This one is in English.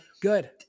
Good